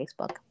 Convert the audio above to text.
Facebook